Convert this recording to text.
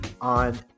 on